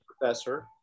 professor